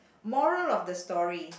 moral of the story